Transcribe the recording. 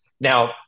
now